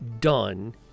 done